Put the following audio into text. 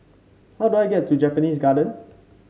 how do I get to Japanese Garden